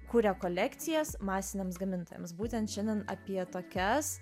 kuria kolekcijas masiniams gamintojams būtent šiandien apie tokias